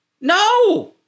No